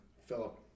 Philip